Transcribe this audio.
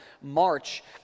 March